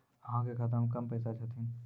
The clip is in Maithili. अहाँ के खाता मे कम पैसा छथिन?